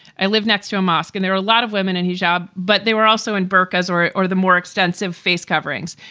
i lived next to a mosque and there are a lot of women in hijab, but they were also in burkas or or the more extensive face coverings.